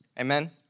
Amen